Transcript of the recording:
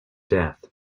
death